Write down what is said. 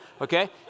Okay